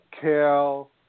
kale